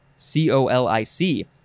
C-O-L-I-C